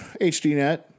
HDNet